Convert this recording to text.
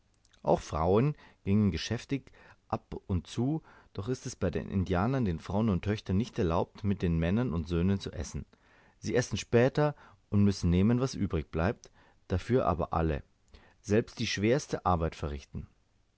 auch frauen gingen geschäftig ab und zu doch ist es bei den indianern den frauen und töchtern nicht erlaubt mit den männern und söhnen zu essen sie essen später und müssen nehmen was übrig bleibt dafür aber alle selbst die schwerste arbeit verrichten